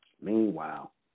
Meanwhile